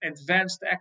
advanced